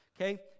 Okay